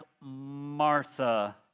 Martha